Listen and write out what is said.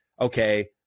okay